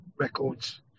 records